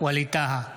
ווליד טאהא,